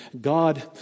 God